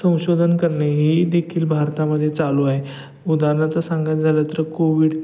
संशोधन करणे ही देखील भारतामध्ये चालू आहे उदाहरणार्थ सांगायचं झालं तर कोविड